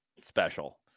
special